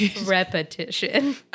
repetition